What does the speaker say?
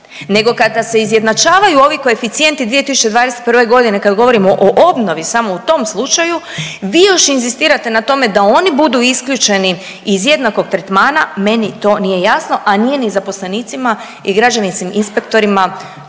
nego kada se izjednačavaju ovi koeficijenti 2021. godine kada govorimo o obnovi samo u tom slučaju vi još inzistirate na tome da oni budu isključeni iz jednakog tretmana? Meni to nije jasno, a nije ni zaposlenicima i građevinskim inspektorima